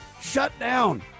shutdown